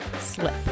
slip